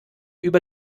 über